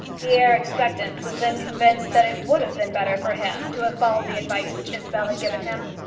the heir expectant was then convinced that it would have been better for him to have followed the advice which isabel had given him,